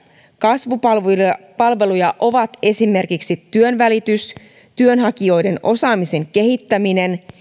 kasvupalveluja ovat esimerkiksi työnvälitys työnhakijoiden osaamisen kehittäminen